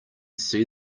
see